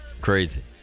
Crazy